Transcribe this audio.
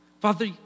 Father